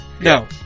No